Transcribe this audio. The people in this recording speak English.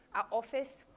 our office,